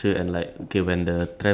there's the driver